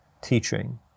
teaching